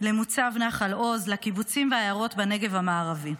למוצב נחל עוז, לקיבוצים ולעיירות בנגב המערבי.